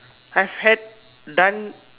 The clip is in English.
I had done